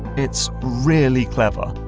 it's really clever.